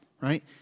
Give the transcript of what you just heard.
right